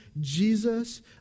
Jesus